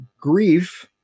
Grief